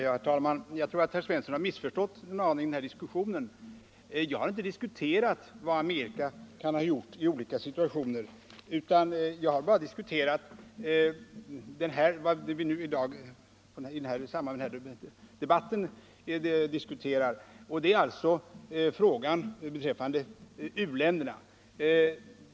Herr talman! Jag tror att herr Svensson i Malmö har missförstått mig en aning i denna diskussion. Jag har inte diskuterat vad Amerika kan ha gjort i olika situationer, utan jag har bara talat om vad vi verkligen diskuterar i denna debatt, nämligen frågan om oljeavtalet och u-länderna.